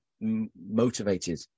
motivated